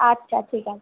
আচ্ছা ঠিক আছে